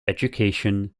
education